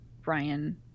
Brian